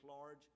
large